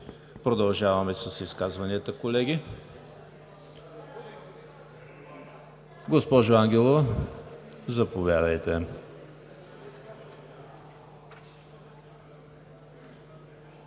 Продължаваме с изказванията, колеги. Госпожо Ангелова, заповядайте.